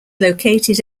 located